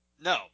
No